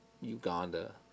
Uganda